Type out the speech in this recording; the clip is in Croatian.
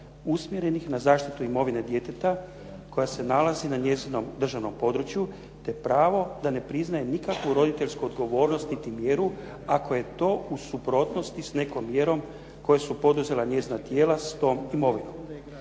usmjerenih na zaštitu imovine djeteta koja se nalazi na njezinom državnom području te pravo da ne priznaje nikakvu roditeljsku odgovornost niti mjeru ako je to u suprotnosti s nekom mjerom koju su poduzela njezina tijela s tom imovinom.